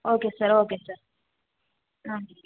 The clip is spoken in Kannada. ಓಕೆ ಸರ್ ಓಕೆ ಸರ್ ಹಾಂ